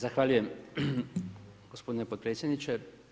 Zahvaljujem gospodine potpredsjedniče.